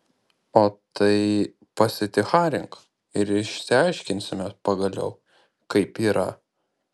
o tai paticharink ir išsiaiškinsime pagaliau kaip yra